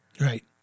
Right